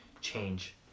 change